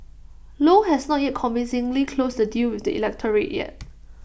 low has not at convincingly closed the deal with the electorate yet